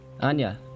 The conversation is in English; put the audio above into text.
Anya